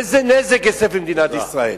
איזה נזק הסב למדינת ישראל?